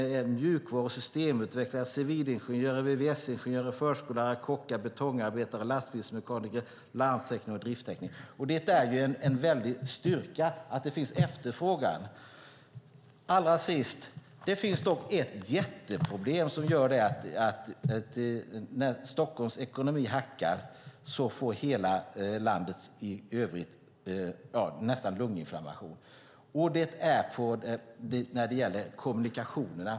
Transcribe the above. De är: mjukvaru och systemutvecklare, civilingenjörer, vvs-ingenjörer, förskollärare, kockar, betongarbetare, lastbilsmekaniker, larmtekniker och drifttekniker. Det är en stor styrka att det finns efterfrågan. Allra sist finns det dock ett jätteproblem som gör att när Stockholms ekonomi hackar får nästan hela landet lunginflammation, och det gäller kommunikationerna.